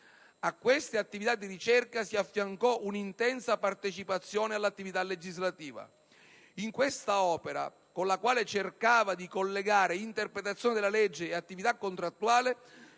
A queste attività di ricerca si affiancò un'intensa partecipazione all'attività legislativa. In questa opera, con la quale cercava di collegare interpretazione della legge e attività contrattuale,